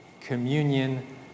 communion